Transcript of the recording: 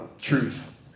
Truth